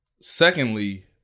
Secondly